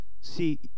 See